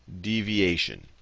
deviation